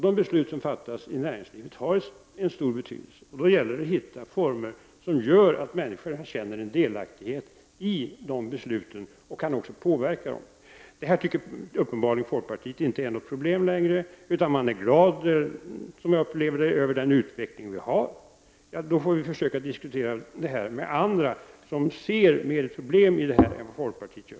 De beslut som fattas i näringslivet har stor betydelse, och då gäller det att hitta former som gör att människor känner att de har en delaktighet i de besluten och också kan påverka dem. Inom folkpartiet ser man här uppenbarligen inte längre något problem, utan man är, som jag upplever det, glad över den utveckling som äger rum. Då får vi försöka diskutera frågorna med andra, som ser mera av problem i detta än vad folkpartiet gör.